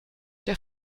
der